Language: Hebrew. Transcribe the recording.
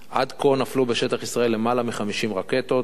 עד כה נפלו בשטח ישראל למעלה מ-50 רקטות.